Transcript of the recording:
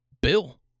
Bill